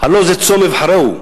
"הלוא זה צום אבחרהו".